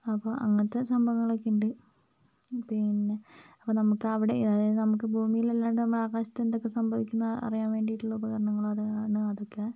അപ്പോൾ അങ്ങനത്തെ സംഭവങ്ങളൊക്കെ ഉണ്ട് പിന്നെ അപ്പോൾ നമുക്ക് അവിടെ അതായത് നമുക്ക് ഭൂമിയിൽ അല്ലാതെ നമ്മുടെ ആകാശത്ത് എന്തൊക്കെ സംഭവിക്കുന്നതെന്ന് അറിയാൻ വേണ്ടിയിട്ടുള്ള ഉപകരണങ്ങളാണ് അതൊക്കെ